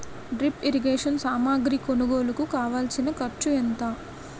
drip irrigation సామాగ్రి కొనుగోలుకు కావాల్సిన ఖర్చు ఎంత